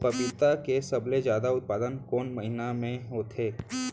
पपीता के सबले जादा उत्पादन कोन महीना में होथे?